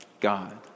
God